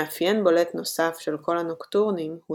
מאפיין בולט נוסף של כל הנוקטורנים הוא